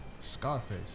Scarface